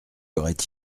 aurait